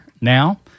now